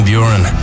Buren